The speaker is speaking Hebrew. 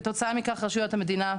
כתוצאה מכך רשויות המדינה,